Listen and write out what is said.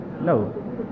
No